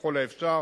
ככל האפשר,